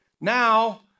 Now